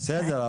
בסדר,